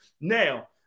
now